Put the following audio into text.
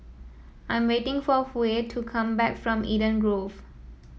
I am waiting for Huey to come back from Eden Grove